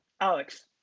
Alex